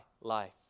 life